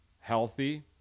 healthy